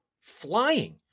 flying